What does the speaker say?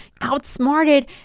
outsmarted